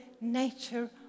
nature